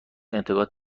انتقاد